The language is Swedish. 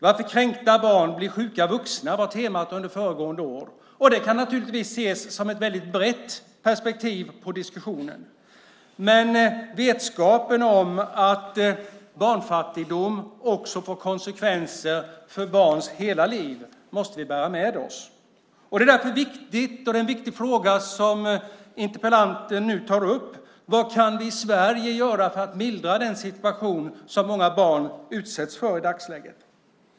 Varför kränkta barn blir sjuka vuxna, var temat under föregående år. Det kan naturligtvis ses som ett väldigt brett perspektiv på diskussionen. Men vetskapen om att barnfattigdom också får konsekvenser för barns hela liv måste vi bära med oss. Det är därför en viktig fråga som interpellanten nu tar upp. Vad kan vi i Sverige göra för att mildra den situation som många barn i dagsläget är i?